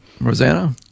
Rosanna